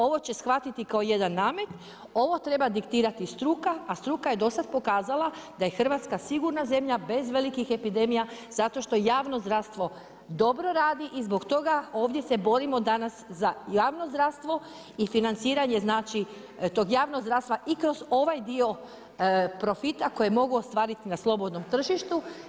Ovo će shvatiti kao jedan namet, ovo treba diktirati struka, a struka je do sad pokazala da je Hrvatska sigurna zemlja bez velikih epidemija zato što javno zdravstvo dobro radi i zbog toga ovdje se borimo danas za javno zdravstvo i financiranje, znači tog javnog zdravstva i kroz ovaj dio profita koje mogu ostvariti na slobodnom tržištu.